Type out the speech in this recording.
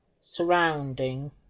surrounding